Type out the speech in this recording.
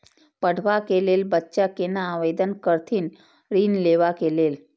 पढ़वा कै लैल बच्चा कैना आवेदन करथिन ऋण लेवा के लेल?